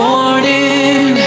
Morning